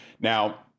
Now